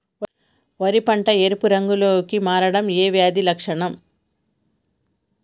వరి పంట ఎరుపు రంగు లో కి మారడం ఏ వ్యాధి లక్షణం?